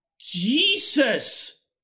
Jesus